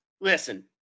listen